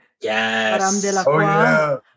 yes